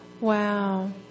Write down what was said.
Wow